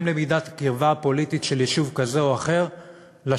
למידת קרבה פוליטית של יישוב כזה או אחר לשלטון.